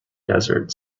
desert